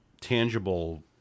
tangible